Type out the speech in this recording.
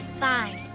fine,